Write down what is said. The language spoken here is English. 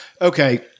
Okay